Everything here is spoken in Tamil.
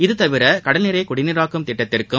இதுதவிர கடல்நீரை குடிநீராக்கும் திட்டத்திற்கும்